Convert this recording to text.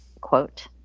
quote